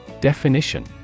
Definition